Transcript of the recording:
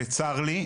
וצר לי,